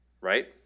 right